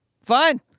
fine